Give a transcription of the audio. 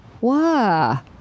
wow